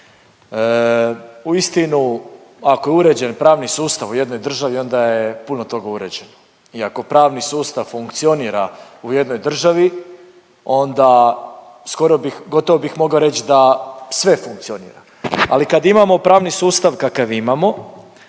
Uistinu ako je uređen pravni sustav u jednoj državi onda je puno toga uređeno. I ako pravni sustav funkcionira u jednoj državi onda skoro bih, gotovo bih mogao reći da sve funkcionira. Ali kad imamo pravni sustav kakav imamo,